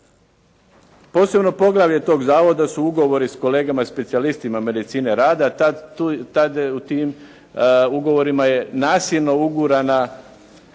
Posebno poglavlje tog zavoda su ugovori s kolegama specijalistima medicine tada, tada u tim ugovorima je nasilno ugurana